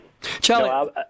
Charlie